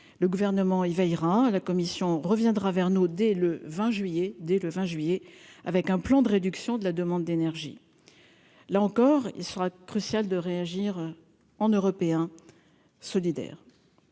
le gouvernement, il veillera à la commission reviendra vers nous dès le 20 juillet dès le 20 juillet avec un plan de réduction de la demande d'énergie, là encore, il sera crucial de réagir en européen solidaire,